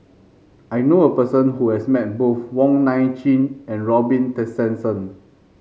I knew a person who has met both Wong Nai Chin and Robin Tessensohn